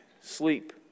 sleep